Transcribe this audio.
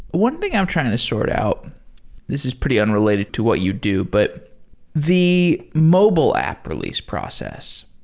one thing i'm trying to sort out this is pretty unrelated to what you do, but the mobile app release process,